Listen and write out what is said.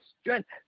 strength